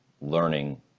learning